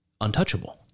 untouchable